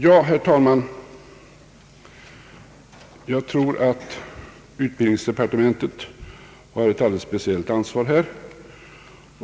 Jag tror, herr talman, att utbildningsdepartementet har ett alldeles speciellt ansvar här.